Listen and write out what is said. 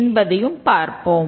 என்பதையும் பார்ப்போம்